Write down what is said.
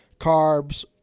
carbs